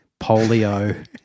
polio